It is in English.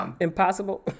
Impossible